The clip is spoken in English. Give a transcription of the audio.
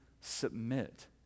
submit